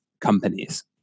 companies